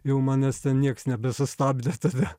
jau manęs nieks nebesustabdė tada